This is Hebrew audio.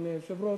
אדוני היושב-ראש.